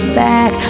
back